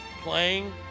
Playing